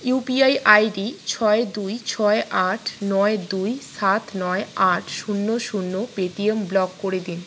UPI ID ছয় দুই ছয় আট নয় দুই সাত নয় আট শূন্য শূন্য পেটিএম ব্লক করে দিন